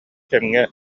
кэмҥэ